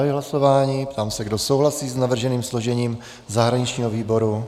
Zahajuji hlasování, ptám se, kdo souhlasí s navrženým složením zahraničního výboru.